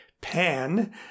Pan